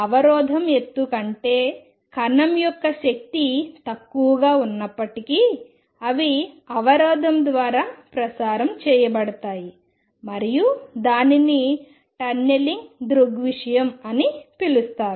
అవరోధం ఎత్తు కంటే కణం యొక్క శక్తి తక్కువగా ఉన్నప్పటికీ అవి అవరోధం ద్వారా ప్రసారం చేయబడుతాయి మరియు దానిని టన్నెలింగ్ దృగ్విషయం అని పిలుస్తారు